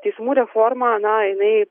teismų reforma na jinai